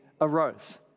arose